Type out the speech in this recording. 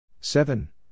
seven